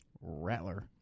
rattler